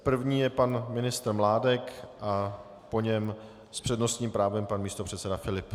První je pan ministr Mládek a po něm s přednostním právem pan místopředseda Filip.